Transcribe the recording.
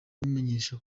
imumenyesha